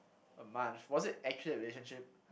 a month was it actually a relationship